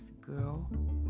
girl